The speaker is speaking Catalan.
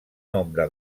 nombre